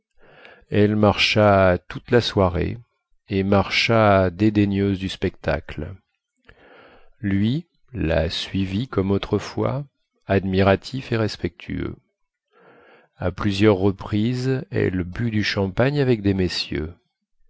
elle marcha toute la soirée et marcha dédaigneuse du spectacle lui la suivit comme autrefois admiratif et respectueux à plusieurs reprises elle but du champagne avec des messieurs